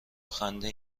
خنده